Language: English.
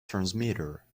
transmitter